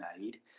made